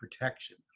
protection